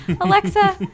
Alexa